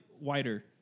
wider